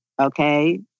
okay